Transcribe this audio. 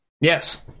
Yes